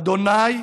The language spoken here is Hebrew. ה'